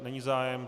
Není zájem.